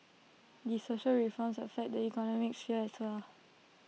the social reforms affect the economic sphere as well